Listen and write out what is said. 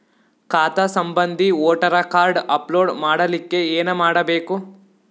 ಖಾತಾ ಸಂಬಂಧಿ voter card upload ಮಾಡಲಿಕ್ಕೆ ಏನ ಮಾಡಬೇಕು?